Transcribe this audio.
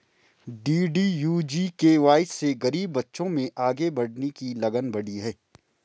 DDU GKY से गरीब बच्चों में आगे बढ़ने की लगन बढ़ी है